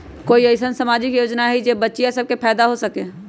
कोई अईसन सामाजिक योजना हई जे से बच्चियां सब के फायदा हो सके?